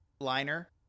liner